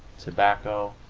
tobacco,